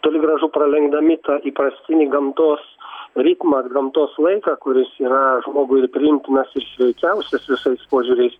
toli gražu pralenkdami tą įprastinį gamtos ritmą ar gamtos laiką kuris yra žmogui ir priimtinas ir sveikiausias visais požiūriais